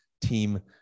Team